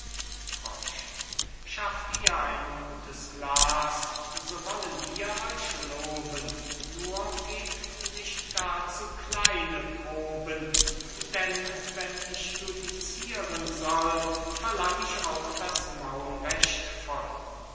schafft ihr ein gutes glas so wollen wir euch loben nur gebt nicht gar zu kleine proben denn wenn ich judiciren soll verlang ich auch das maul recht voll